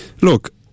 Look